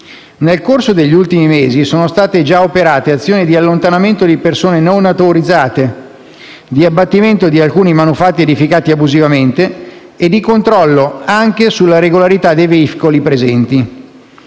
Nel corso degli ultimi mesi sono state già operate azioni di allontanamento di persone non autorizzate, di abbattimento di alcuni manufatti edificati abusivamente e di controllo anche sulla regolarità dei veicoli presenti.